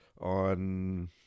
on